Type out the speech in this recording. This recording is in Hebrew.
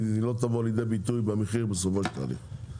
לא תבוא לידי ביטוי במחיר בסופו של התהליך.